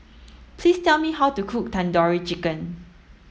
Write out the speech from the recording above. please tell me how to cook Tandoori Chicken